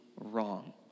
wrong